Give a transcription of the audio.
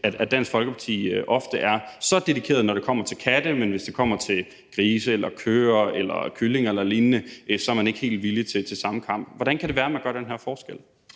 at Dansk Folkeparti ofte er så dedikerede, når det kommer til katte, mens man, hvis det kommer til grise, køer, kyllinger eller lignende dyr, ikke er helt villig til at tage den samme kamp. Hvordan kan det være, at man gør den her forskel?